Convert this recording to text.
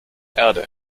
erde